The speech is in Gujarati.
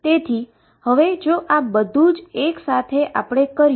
તેથી આ બધું જ જો એકસાથે કરવા માટે આપણે શું કર્યું છે